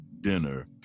dinner